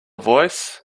voice